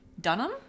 Dunham